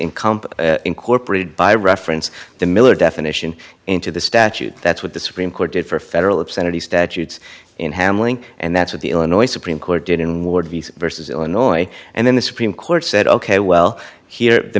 comp incorporated by reference the miller definition into the statute that's what the supreme court did for federal obscenity statutes in handling and that's what the illinois supreme court did in ward versus illinois and then the supreme court said ok well here the